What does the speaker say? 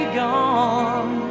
gone